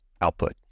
output